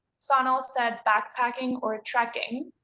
sonal said backpacking or trekking.